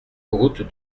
route